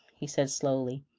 he said slowly,